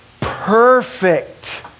perfect